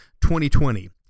2020